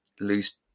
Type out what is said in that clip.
lose